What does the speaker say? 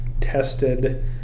tested